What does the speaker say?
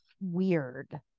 weird